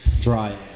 dry